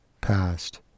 Past